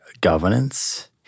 governance